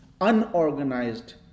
Unorganized